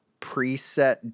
preset